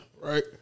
Right